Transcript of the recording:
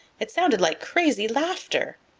it sounded like crazy laughter.